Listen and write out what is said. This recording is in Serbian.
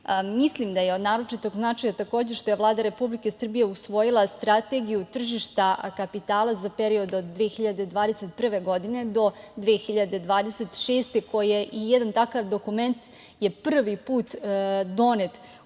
mislim da je od naročitog značaja takođe što je Vlada Republike Srbije usvojila Strategiju tržišta kapitala za period od 2021. godine do 2026. godine. Takav jedan dokument je prvi put donet